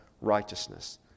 righteousness